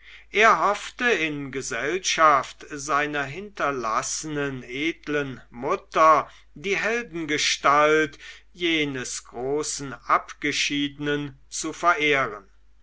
er hoffte in gesellschaft seiner hinterlassenen edlen mutter die heldengestalt jenes großen abgeschiedenen zu verehren